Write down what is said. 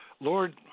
Lord